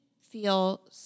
feel